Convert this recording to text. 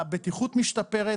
הבטיחות משתפרת,